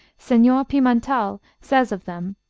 senor pimental says of them,